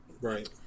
Right